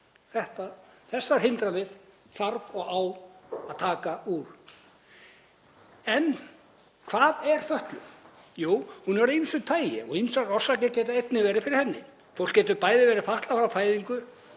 Þessar hindranir þarf og á að taka út. En hvað er fötlun? Jú, hún er af ýmsu tagi og ýmsar orsakir geta einnig verið fyrir henni. Fólk getur bæði verið fatlað frá fæðingu